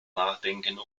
nachdenken